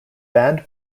band